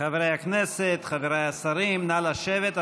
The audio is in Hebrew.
חברי הכנסת, חבריי השרים, נא לשבת.